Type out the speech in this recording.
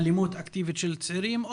אלימות אקטיבית של צעירים,